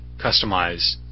customize